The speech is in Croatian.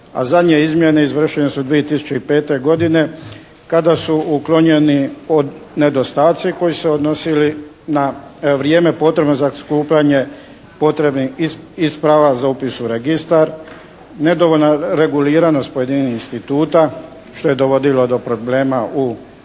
a zadnje izmjene izvršene su 2005. godine kada su uklonjeni nedostaci koji su se odnosili na vrijeme potrebno za skupljanje potrebnih isprava za upis u registar, nedovoljna reguliranost pojedinih instituta što je dovodilo do problema u praksi